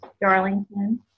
Darlington